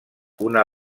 una